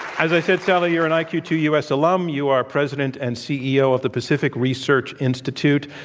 as i said, sally, you're an i q two u s alum. you are president and ceo of the pacific research institute.